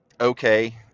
Okay